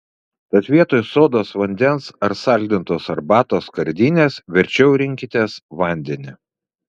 tad vietoj sodos vandens ar saldintos arbatos skardinės verčiau rinkitės vandenį